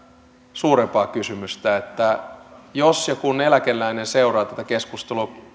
suurempaa kysymystä jos ja kun eläkeläinen seuraa tätä keskustelua